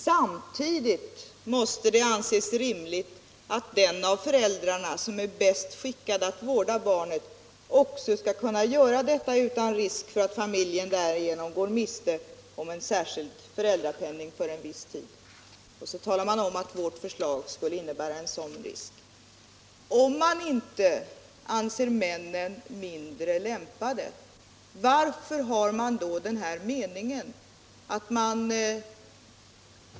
Samtidigt måste det anses rimligt att den av föräldrarna som är bäst skickad att vårda barnet också skall kunna göra detta utan risk för att familjen därigenom går miste om särskild föräldrapenning för viss tid.” Sedan talar utskottsmajoriteten om att vårt förslag medför en sådan risk. Om man inte anser männen mindre lämpade som vårdare, varför har man då tagit med denna mening?